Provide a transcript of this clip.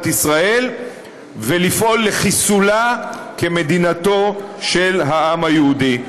ישראל ולפעול לחיסולה כמדינתו של העם היהודי.